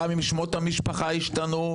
גם אם שמות המשפחה השתנו,